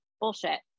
bullshit